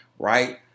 right